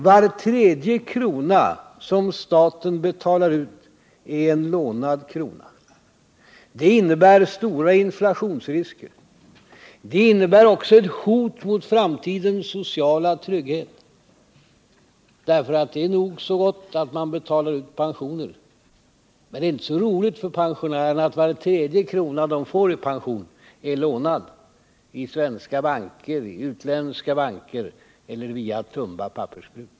Var tredje krona som staten betalar ut är en lånad krona. Det innebär stora inflationsrisker. Det innebär också ett hot mot framtidens sociala trygghet. Det är nog så gott att man betalar ut pensioner. Men det är inte så roligt för pensionärerna att var tredje krona de får i pension är en lånad krona — i svenska eller utländska banker eller via Tumba pappersbruk.